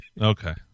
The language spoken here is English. Okay